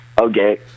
Okay